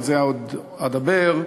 על זה עוד אדבר,